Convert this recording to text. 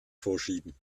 vorschieben